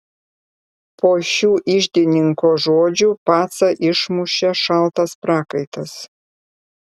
po šių iždininko žodžių pacą išmušė šaltas prakaitas